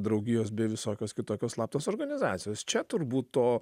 draugijos bei visokios kitokios slaptos organizacijos čia turbūt to